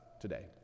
today